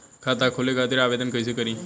खाता खोले खातिर आवेदन कइसे करी?